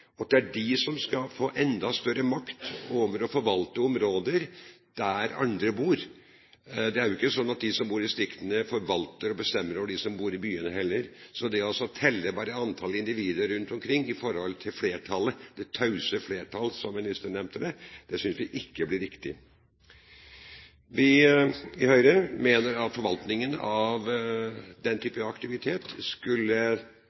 ikke slik at de som bor i distriktene, forvalter og bestemmer over dem som bor i byene. Så det bare å telle antall individer rundt omkring, i forhold til flertallet – «det tause flertall», som ministeren kalte det – synes vi ikke blir riktig. Vi i Høyre mener at forvaltningen av den